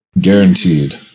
Guaranteed